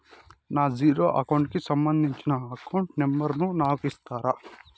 నా zero account కి సంబంధించి అకౌంట్ నెంబర్ ను నాకు ఇస్తారా